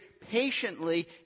patiently